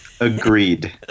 agreed